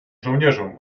żołnierzom